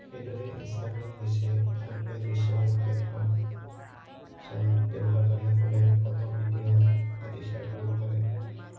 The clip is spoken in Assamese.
সেইদৰে ইনষ্টাগ্ৰাম হৈছে প্ৰধানকৈ দৃশ্যমূলক প্লেটফৰ্ম য'ত ব্যৱহাৰকাৰীসকলে ফটো ভিডিঅ' আদি শ্বেয়াৰ কৰিব পাৰে